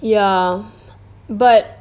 ya but